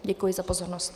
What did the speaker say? Děkuji za pozornost.